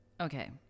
okay